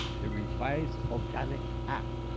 the revised organic act,